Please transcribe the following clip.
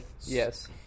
Yes